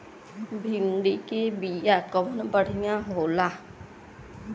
भिंडी के बिया कवन बढ़ियां होला?